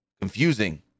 confusing